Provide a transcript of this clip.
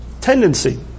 tendency